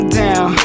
down